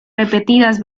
repetidas